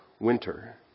winter